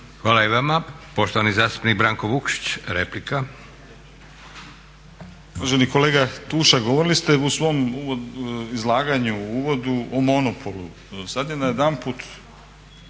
Hvala i vama. Poštovani zastupnik Branko Vukšić, replika.